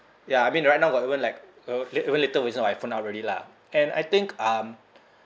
ya I mean right now got even like uh la~ even later version of iphone out already lah and I think um